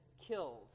killed